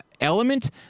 element